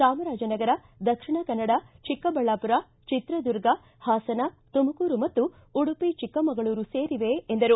ಚಾಮರಾಜನಗರ ದಕ್ಷಿಣ ಕನ್ನಡ ಚಿಕ್ಕಬಳ್ಳಾಪುರ ಚಿತ್ರದುರ್ಗ ಹಾಸನ ತುಮಕೂರು ಮತ್ತು ಉಡುಪಿ ಚಿಕ್ಕಮಗಳೂರು ಸೇರಿವೆ ಎಂದರು